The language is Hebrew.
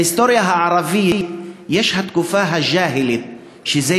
בהיסטוריה הערבית יש התקופה הג'אהילית,